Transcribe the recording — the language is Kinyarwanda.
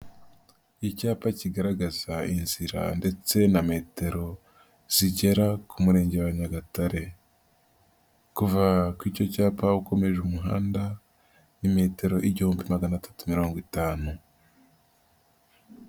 Icyapa kigaragaza inzira ndetse na metero zigera ku Murenge wa Nyagatare, kuva kuri icyo cyapa ukomeje umuhanda ni metero igihumbi na magana atatu mirongo itanu.